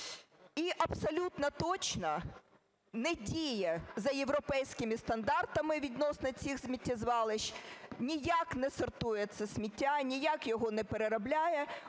і абсолютно точно не діє за європейськими стандартами відносно цих сміттєзвалищ, ніяк не сортує це сміття, ніяк його не переробляє.